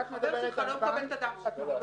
החבר שלך לא מקבל את הדם שלך.